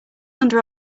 under